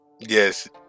Yes